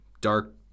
dark